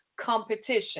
competition